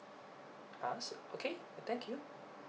us okay thank you